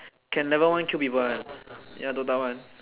can never one kill people one ya DOTA one